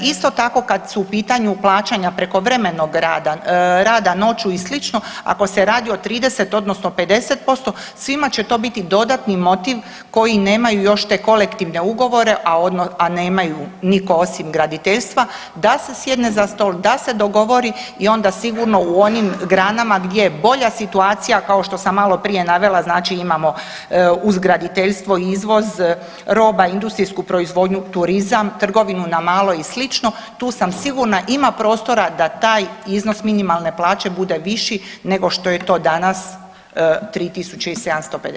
Isto tako kada su u pitanju plaćanja prekovremenog rada, rada noću i sl. ako se radi o 30 odnosno 50% svima će to biti dodatni motiv koji nemaju još te kolektivne ugovore, a nemaju nitko osim graditeljstva da se sjedne za stol, da se dogovori i onda sigurno u onim granama gdje je bolja situacija kao što sam malo prije navela znači imamo uz graditeljstvo izvoz roba, industrijsku proizvodnju, turizam, trgovinu na malo i sl. tu sam sigurna ima prostora da taj iznos minimalne plaće bude viši nego što je to danas 3 tisuće i 750 kuna.